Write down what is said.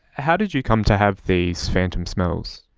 how did you come to have these phantom smells?